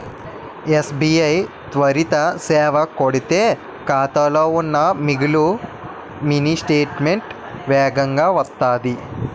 SBI త్వరిత సేవ కొడితే ఖాతాలో ఉన్న మిగులు మినీ స్టేట్మెంటు వేగంగా వత్తాది